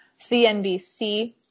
CNBC